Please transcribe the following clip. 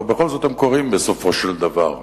ובכל זאת הם קורים בסופו של דבר.